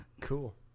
cool